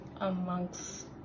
amongst